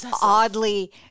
oddly